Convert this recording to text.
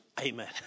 Amen